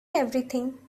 everything